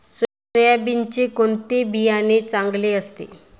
सोयाबीनचे कोणते बियाणे चांगले असते?